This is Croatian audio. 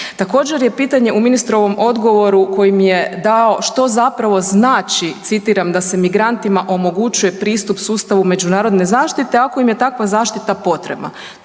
Također je pitanje u ministrovom odgovoru kojim je dao što zapravo znači citiram „da se migrantima omogućuje pristup sustavu međunarodne zaštite ako im je takva zaštita potrebna“.